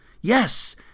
yes